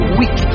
weak